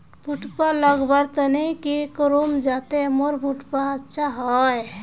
भुट्टा लगवार तने की करूम जाते मोर भुट्टा अच्छा हाई?